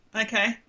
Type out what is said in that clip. Okay